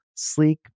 sleek